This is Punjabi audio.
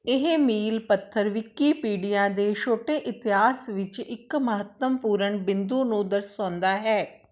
ਇਹ ਮੀਲ ਪੱਥਰ ਵਿਕੀਪੀਡੀਆ ਦੇ ਛੋਟੇ ਇਤਿਹਾਸ ਵਿੱਚ ਇੱਕ ਮਹੱਤਵਪੂਰਨ ਬਿੰਦੂ ਨੂੰ ਦਰਸਾਉਂਦਾ ਹੈ